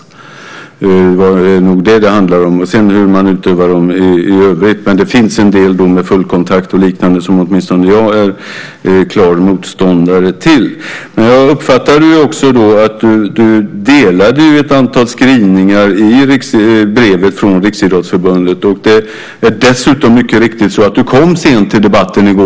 Det är nog detta det handlar om, inte hur man utövar dem i övrigt. Men det finns en del idrotter, med fullkontakt och liknande, som åtminstone jag är klar motståndare till. Jag uppfattade dock att du delade ett antal skrivningar i brevet från Riksidrottsförbundet. Dessutom är det mycket riktigt att du kom sent till debatten i går.